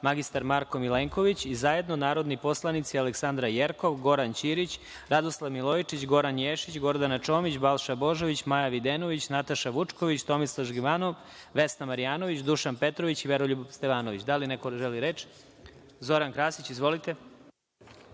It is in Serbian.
i mr Marko Milenković i zajedno narodni poslanici Aleksandra Jerkov, Goran Ćirić, Radoslav Milojičić, Goran Ješić, Gordana Čomić, Balša Božović, Maja Videnović, Nataša Vučković, Tomislav Žigmanov, Vesna Marjanović, Dušan Petrović i Veroljub Stevanović. Da li neko želi reč? (Da.)Reč ima narodni